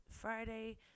Friday